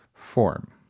form